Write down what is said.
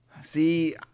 See